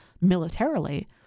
militarily